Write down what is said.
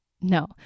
No